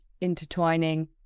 Intertwining